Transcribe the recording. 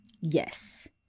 Yes